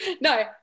no